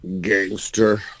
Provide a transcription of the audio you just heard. Gangster